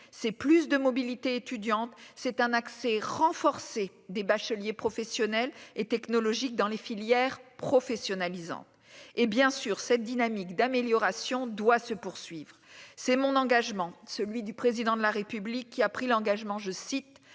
c'est plus de mobilité étudiante c'est un accès renforcé des bacheliers professionnels et technologiques dans les filières professionnalisantes et bien sûr cette dynamique d'amélioration doit se poursuivre, c'est mon engagement : celui du président de la République qui a pris l'engagement, je cite,